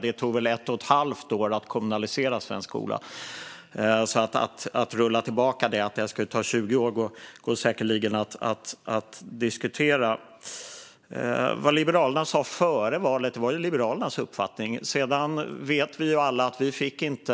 Det tog väl ett och ett halvt år att kommunalisera svensk skola, så att det skulle ta 20 år att rulla tillbaka det går säkerligen att diskutera. Vad Liberalerna sa före valet var Liberalernas uppfattning. Sedan vet vi alla att vi inte fick